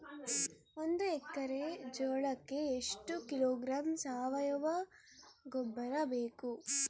ಒಂದು ಎಕ್ಕರೆ ಜೋಳಕ್ಕೆ ಎಷ್ಟು ಕಿಲೋಗ್ರಾಂ ಸಾವಯುವ ಗೊಬ್ಬರ ಬೇಕು?